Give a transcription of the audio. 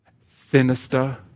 sinister